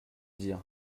dire